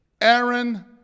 Aaron